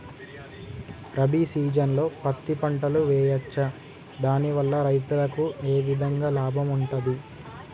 రబీ సీజన్లో పత్తి పంటలు వేయచ్చా దాని వల్ల రైతులకు ఏ విధంగా లాభం ఉంటది?